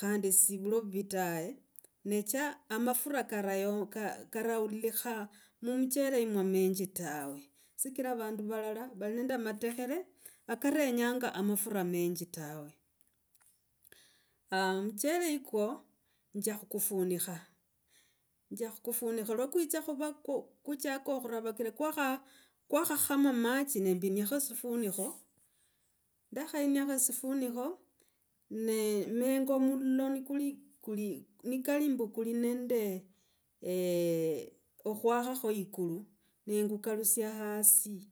Khandi sevuli ovuvi tawe necha amafura karayo, karaulikha mu muchele amenji tawe. Sichra vandu valala vali nende ametekhr akarenyanga amafura menji tawe. yikwo nja khukufunikha nja khukufunikha lwo kwitsa khu, khuchaka khurovakira kwakha, kwakha, khama matsi nembiniakho sifunikho, ndakhayiniakho sifunikho ne menga mulo, kuli nikali mbu kuli nende okhwakhakho yikilu, nekukalisa hasi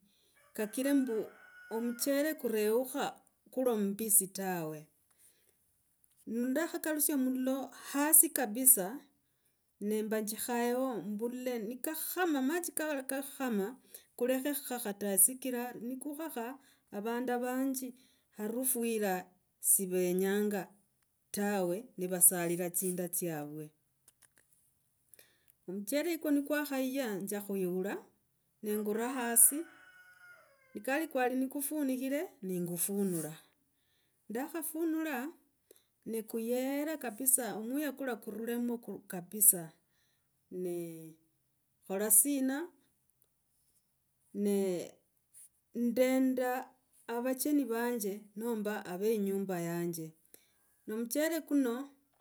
kakira mbu omuchele kureukha kuli ombisi tawe. Ndakhalusya muloo hasi kabisa nembajigaha yaho mbule nikakhama, machi kala kakhakhama kulekhe nikuaha tawe. Sikra nikuaha, vandu vanji harafu hira sivenyanga tawe, nivasalira tsinda tsyavwe. Omuchele okwo nikwakhaya nzia khwihula nenguruha hasi ni kwali nikufunikhile, nengufunula, ndakafunula nekuyeera kabisa, muya kula kurulemo kabisa. N ekhola sina n ndenda vacheni vanje nomba ave inyumba yanje. No omuchele kuno.